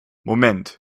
moment